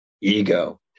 ego